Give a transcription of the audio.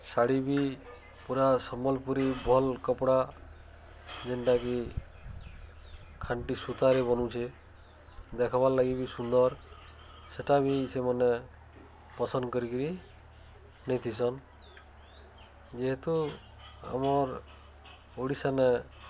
ଶାଢ଼ୀ ବି ପୁରା ସମ୍ବଲପୁରୀ ଭଲ୍ କପ୍ଡ଼ା ଯେନ୍ଟାକି ଖାଣ୍ଟି ସୁତାରେ ବନୁଛେ ଦେଖ୍ବାର୍ଲାଗି ବି ସୁନ୍ଦର୍ ସେଟା ବି ସେମାନେ ପସନ୍ଦ୍ କରିକିରି ନେଇଥିସନ୍ ଯେହେତୁ ଆମର୍ ଓଡ଼ିଶାନେ